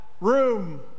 room